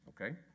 okay